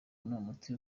umuti